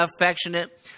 affectionate